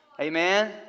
Amen